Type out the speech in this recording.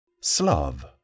Slav